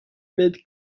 made